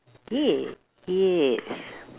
yeah yes